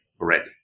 already